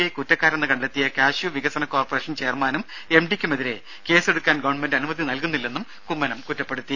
I കുറ്റക്കാരെന്ന് കണ്ടെത്തിയ cashew വികസന കോർപറേഷൻ ചെയർമാനും എംഡിക്കും എതിരെ കേസ് എടുക്കാൻ ഗവൺമെന്റ് അനുമതി നൽകുന്നില്ലെന്നും കുമ്മനം കുറ്റപ്പെടുത്തി